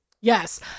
Yes